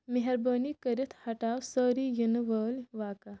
مہربٲنی کٔرِتھ ہٹاو سٲری یِنہٕ وٲلۍ واقعہٕ